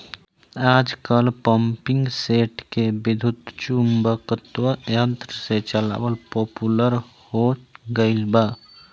आजकल पम्पींगसेट के विद्युत्चुम्बकत्व यंत्र से चलावल पॉपुलर हो गईल बा